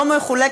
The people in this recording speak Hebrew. חבר הכנסת